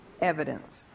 evidence